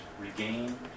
regain